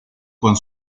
con